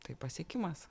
tai pasiekimas